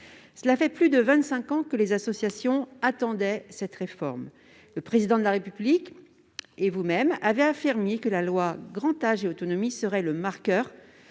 Cela fait plus de vingt-cinq ans que les associations attendaient cette réforme. Le Président de la République et vous-même, madame la ministre, avez affirmé que la loi Grand âge et autonomie serait le marqueur